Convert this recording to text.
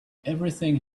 everything